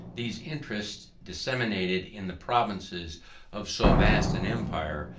these interests, disseminated in the provinces of so vast an empire,